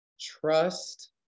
trust